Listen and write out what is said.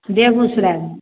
बेगुसरायमे